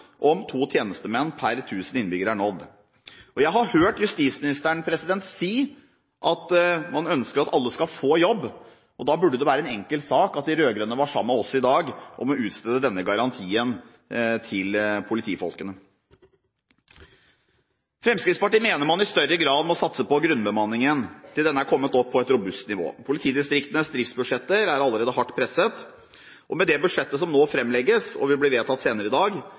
om to tjenestemenn per 1 000 innbyggere er nådd. Jeg har hørt justisministeren si at man ønsker at alle skal få jobb. Da burde det i dag være en enkel sak for de rød-grønne å gå sammen med oss om å utstede denne garantien til politistudentene. Fremskrittspartiet mener man i større grad må satse på grunnbemanningen til den er kommet opp på et robust nivå. Politidistriktenes driftsbudsjetter er allerede hardt presset. Med det forslaget til budsjett som nå framlegges, og som vil bli vedtatt senere i dag,